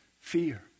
fear